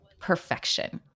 perfection